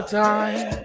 time